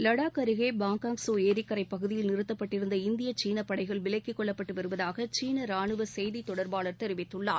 லடாக் அருகே பாங்காங் ஸோ ஏரிக்கரை பகுதியில் நிறுத்தப்பட்டிருந்த இந்திய சீனப் படைகள் விலக்கிக் கொள்ளப்பட்டு வருவதாக சீன ராணுவ செய்தி தொடர்பாளர் தெரிவித்துள்ளார்